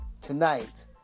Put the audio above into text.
tonight